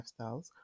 lifestyles